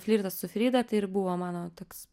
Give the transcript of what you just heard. flirtas su frida tai ir buvo mano toks